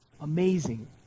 Amazing